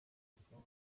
akaba